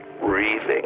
breathing